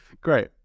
Great